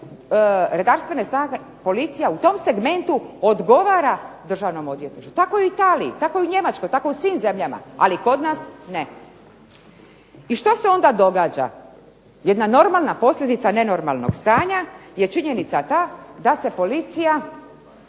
redarstvene snage, policija u tom segmentu odgovara državnom odvjetništvu. Tako je u Italiji, tako je u Njemačkoj, tako je u svim zemljama, ali kod nas ne. I što se onda događa? Jedna normalna posljedica nenormalnog stanja je činjenica ta da se policija